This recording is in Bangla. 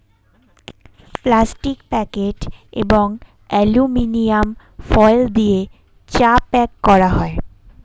প্লাস্টিক প্যাকেট এবং অ্যালুমিনিয়াম ফয়েল দিয়ে চা প্যাক করা হয়